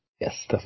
yes